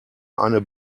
eine